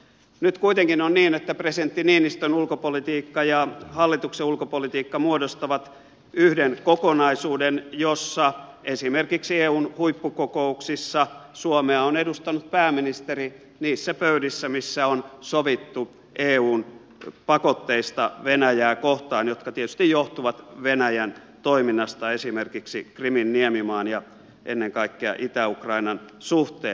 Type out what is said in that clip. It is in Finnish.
nyt kuitenkin on niin että presidentti niinistön ulkopolitiikka ja hallituksen ulkopolitiikka muodostavat yhden kokonaisuuden jossa esimerkiksi eun huippukokouksissa suomea on edustanut pääministeri niissä pöydissä missä on sovittu eun pakotteista venäjää kohtaan jotka tietysti johtuvat venäjän toiminnasta esimerkiksi krimin niemimaan ja ennen kaikkea itä ukrainan suhteen